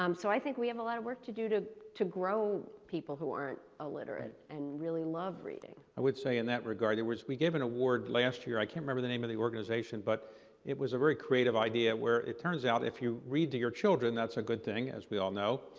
um so, i think we have a lot of work to do to to grow people who aren't alliterate and really love reading. david rubenstein i would say in that regard, it was we gave an award last year, i can't remember the name of the organization. but it was a very creative idea where it turns out if you read to your children, that's a good thing as we all know.